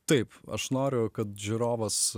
taip aš noriu kad žiūrovas